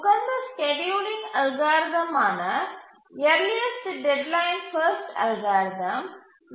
உகந்த ஸ்கேட்யூலிங் அல்காரிதமான earliest deadline first algorithm ஈ